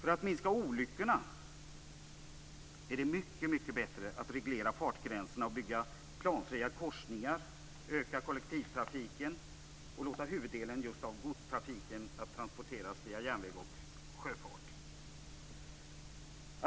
För att minska olyckorna är det bättre att reglera fartgränserna, bygga planfria korsningar, öka kollektivtrafiken och låta huvuddelen av godstrafiken transporteras via järnväg och sjöfart.